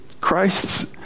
Christ's